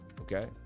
okay